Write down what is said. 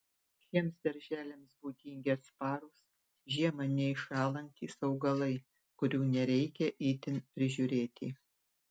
šiems darželiams būdingi atsparūs žiemą neiššąlantys augalai kurių nereikia itin prižiūrėti